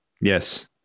Yes